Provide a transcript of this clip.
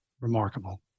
Remarkable